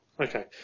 okay